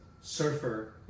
surfer